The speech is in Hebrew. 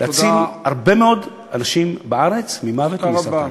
להציל הרבה מאוד אנשים בארץ ממוות מסרטן.